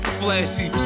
flashy